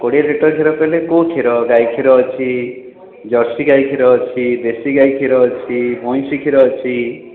କୋଡ଼ିଏ ଲିଟର କ୍ଷୀର କହିଲେ କେଉଁ କ୍ଷୀର ଗାଈ କ୍ଷୀର ଅଛି ଜର୍ସି ଗାଈ କ୍ଷୀର ଅଛି ଦେଶୀ ଗାଈ କ୍ଷୀର ଅଛି ମଇଁଷି କ୍ଷୀର ଅଛି